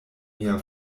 mia